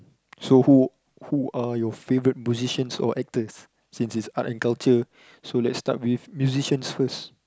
so who who are your favourite musicians or actors since it's art and culture so let's start with musician first